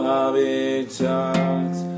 Habitats